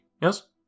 yes